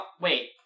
Wait